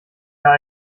jahr